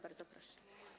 Bardzo proszę.